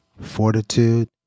fortitude